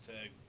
tag